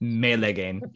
melegen